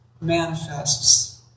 manifests